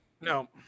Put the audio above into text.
No